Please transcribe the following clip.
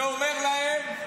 ואומר להם: